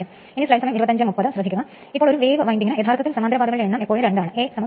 അതിനാൽ ചിലപ്പോൾ അതിന് സ്ഥിരമായ വേഗതയുണ്ട്